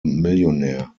millionaire